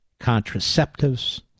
contraceptives